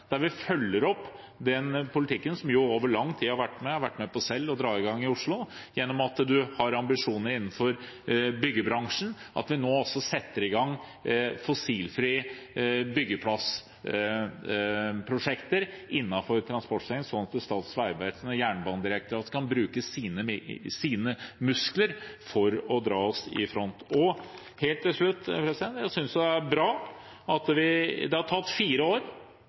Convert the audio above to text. der vi følger opp den politikken jeg selv har vært med på å dra i gang i Oslo, gjennom at vi har ambisjoner innenfor byggebransjen – at vi nå setter i gang fossilfrie byggeplassprosjekter innenfor transportsektoren, slik at Statens vegvesen og Jernbanedirektoratet kan bruke sine muskler for å dra oss i front. Helt til slutt: Det har tatt fire år, men det er vel første gang vi har vært så ambisiøse at også Arbeiderpartiet mener vi har